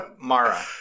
Mara